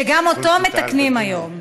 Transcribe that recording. שגם אותו מתקנים היום.